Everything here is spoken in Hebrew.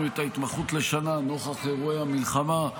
את ההתמחות לשנה נוכח אירועי המלחמה,